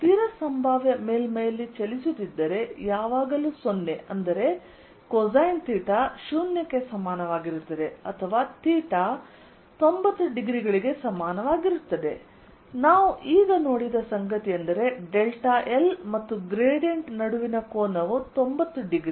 ನೀವು ಸ್ಥಿರ ಸಂಭಾವ್ಯ ಮೇಲ್ಮೈಯಲ್ಲಿ ಚಲಿಸುತ್ತಿದ್ದರೆ ಯಾವಾಗಲೂ 0 ಅಂದರೆ ಕೊಸೈನ್ ಥೀಟಾ 0 ಕ್ಕೆ ಸಮಾನವಾಗಿರುತ್ತದೆ ಅಥವಾ ಥೀಟಾ 90 ಡಿಗ್ರಿಗಳಿಗೆ ಸಮಾನವಾಗಿರುತ್ತದೆ ನಾವು ಈಗ ನೋಡಿದ ಸಂಗತಿಯೆಂದರೆ ಡೆಲ್ಟಾ l ಮತ್ತು ಗ್ರೇಡಿಯಂಟ್ ನಡುವಿನ ಕೋನವು 90 ಡಿಗ್ರಿ